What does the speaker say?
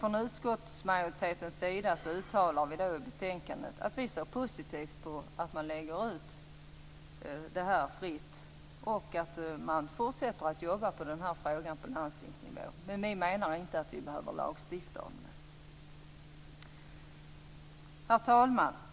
Från utskottsmajoritetens sida uttalar vi i betänkandet att vi ser positivt på att man lägger ut detta fritt och på att man fortsätter att jobba med frågan på landstingsnivå. Men vi menar inte att man behöver lagstifta om det. Herr talman!